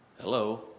Hello